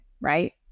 right